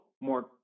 more